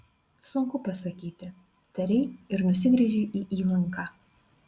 sunku pasakyti tarei ir nusigręžei į įlanką